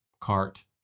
cart